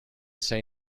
say